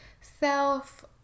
self